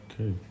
okay